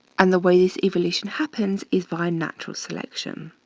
and the way this evolution happens is via natural selection.